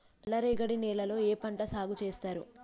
నల్లరేగడి నేలల్లో ఏ పంట సాగు చేస్తారు?